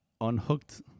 unhooked